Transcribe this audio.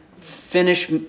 finish